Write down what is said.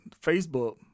facebook